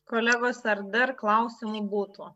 kolegos ar dar klausimų būtų